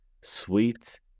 Sweet